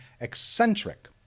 Eccentric